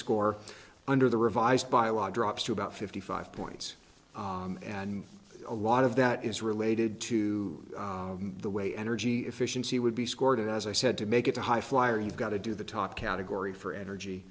score under the revised biological ups to about fifty five points and a lot of that is related to the way energy efficiency would be scored as i said to make it a high flyer you've got to do the top category for energy